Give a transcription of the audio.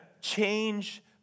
change